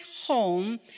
home